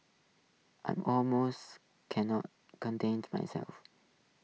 I'm almost can not contain myself